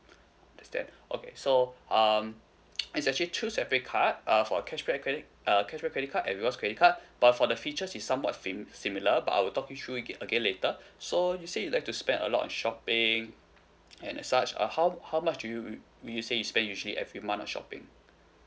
understand okay so um it's actually two separate card uh for cashback credit uh cashback credit card and rewards credit card but for the features is somewhat sim~ similar but I will talk you through ag~ again later so you said you like to spend a lot on shopping and such uh how how much do u~ usage you spend usually every month on shopping